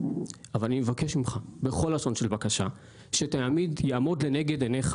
אז אני מבקש ממך בכול לשון של בקשה שיעמוד לנגד עיניך